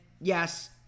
yes